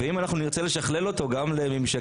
ואם אנחנו נרצה לשכלל אותו גם לממשקים